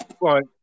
Right